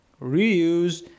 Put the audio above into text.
reuse